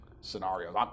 scenarios